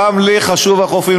גם לי חשובים החופים,